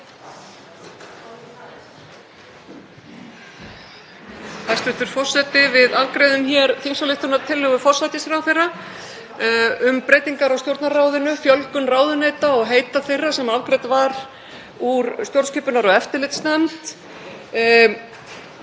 Hæstv. forseti. Við afgreiðum hér þingsályktunartillögu forsætisráðherra um breytingar á Stjórnarráðinu, fjölgun ráðuneyta og heiti þeirra, sem afgreidd var úr stjórnskipunar- og eftirlitsnefnd.